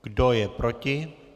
Kdo je proti?